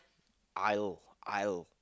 aisle aisle